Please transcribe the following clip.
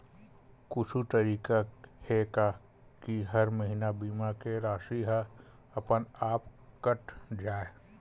कुछु तरीका हे का कि हर महीना बीमा के राशि हा अपन आप कत जाय?